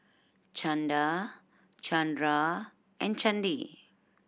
Chanda Chandra and Chandi